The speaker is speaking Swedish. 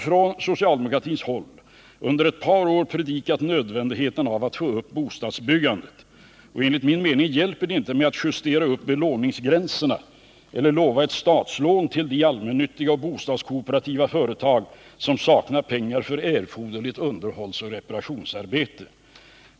Från socialdemokratiskt håll har vi under ett par år predikat nödvändigheten av att få upp bostadsbyggandet. Enligt min mening hjälper det inte att justera upp belåningsgränserna eller lova ett statslån till de allmännyttiga och bostadskooperativa företag som saknar pengar för erforderligt underhållsoch reparationsarbete.